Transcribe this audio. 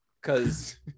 Cause